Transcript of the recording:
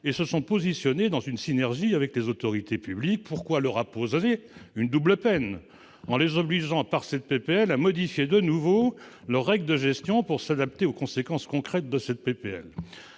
et se sont inscrits dans une synergie avec les autorités publiques. Pourquoi donc leur imposer une double peine, en les obligeant à modifier de nouveau leurs règles de gestion pour s'adapter aux conséquences concrètes de cette